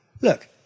look